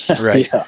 right